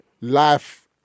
life